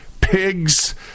pigs